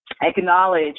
acknowledge